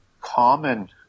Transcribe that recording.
common